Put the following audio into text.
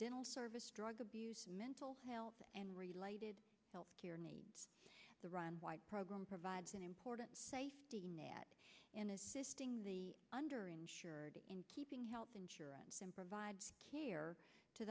dental service drug abuse mental health and related health care needs to run program provides an important safety net in assisting the under insured in keeping health insurance and provides care to